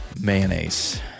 Mayonnaise